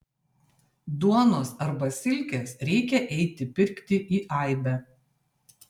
duonos arba silkės reikia eiti pirkti į aibę